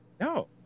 No